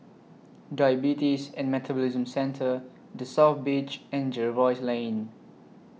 Diabetes and Metabolism Centre The South Beach and Jervois Lane